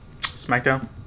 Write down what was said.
SmackDown